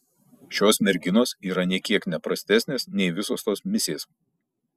šios merginos yra nė kiek ne prastesnės nei visos tos misės